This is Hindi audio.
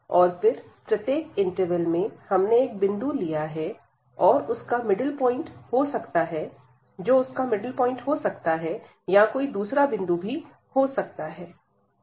और फिर प्रत्येक इंटरवल में हमने एक बिंदु लिया है यह उसका मिडल पॉइन्ट हो सकता है या कोई दूसरा बिंदु भी हो सकता है